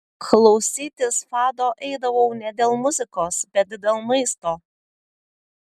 klausytis fado eidavau ne dėl muzikos bet dėl maisto